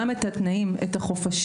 גם את התנאים, את החופשים.